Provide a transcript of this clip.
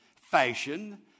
fashion